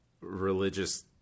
religious